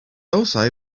also